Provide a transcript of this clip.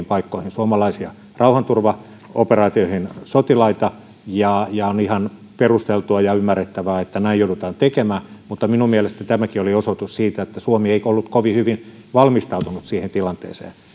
paikkoihin suomalaisia rauhanturvaoperaatiosotilaita ja ja on ihan perusteltua ja ymmärrettävää että näin joudutaan tekemään mutta minun mielestäni tämäkin oli osoitus siitä että suomi ei ollut kovin hyvin valmistautunut siihen tilanteeseen